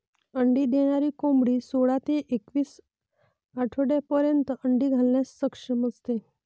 अंडी देणारी कोंबडी सोळा ते एकवीस आठवड्यांपर्यंत अंडी घालण्यास सक्षम असते